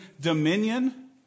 dominion